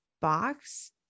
box